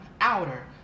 outer